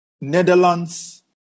Netherlands